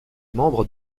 membre